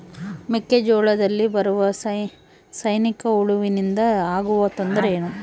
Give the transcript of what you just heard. ಮೆಕ್ಕೆಜೋಳದಲ್ಲಿ ಬರುವ ಸೈನಿಕಹುಳುವಿನಿಂದ ಆಗುವ ತೊಂದರೆ ಏನು?